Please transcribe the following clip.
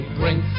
bring